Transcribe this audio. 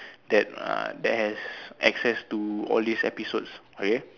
that uh that has access to all these episodes okay